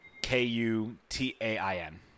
K-U-T-A-I-N